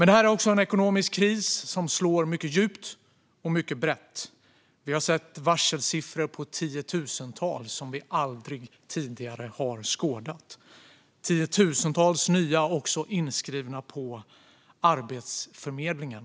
Det här är en ekonomisk kris som slår mycket djupt och brett. Vi har sett varselsiffror i tiotusental, något som vi aldrig tidigare har skådat. Tiotusentals är också nyinskrivna på Arbetsförmedlingen.